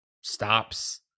stops